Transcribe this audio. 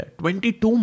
22